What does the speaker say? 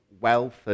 wealth